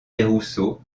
desrousseaux